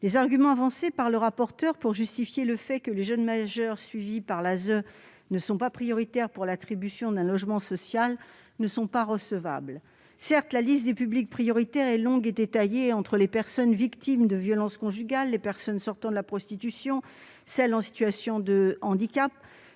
Les arguments avancés par le rapporteur pour justifier le fait que les jeunes majeurs suivis par l'ASE ne soient pas prioritaires pour l'attribution d'un logement social ne sont pas recevables. Certes, la liste des publics prioritaires, comprenant par exemple les personnes victimes de violences conjugales, les personnes sortant de la prostitution, ou celles en situation de handicap,